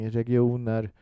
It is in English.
regioner